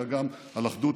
אלא גם על אחדות,